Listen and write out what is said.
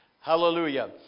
Hallelujah